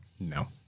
no